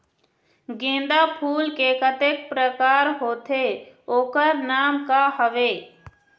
गेंदा फूल के कतेक प्रकार होथे ओकर नाम का हवे?